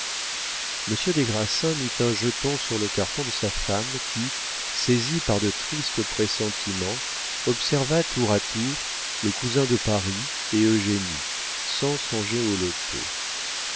monsieur des grassins mit un jeton sur le carton de sa femme qui saisie par de tristes pressentiments observa tour à tour le cousin de paris et eugénie sans songer au loto